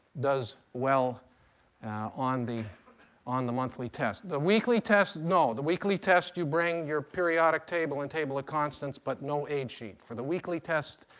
does well on the on the monthly test. the weekly test, no. the weekly test you bring your periodic table and table of ah constants, but no aid sheet. for the weekly test,